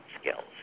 skills